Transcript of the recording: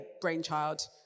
brainchild